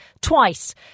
twice